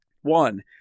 One